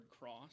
Cross